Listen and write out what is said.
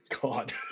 God